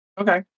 Okay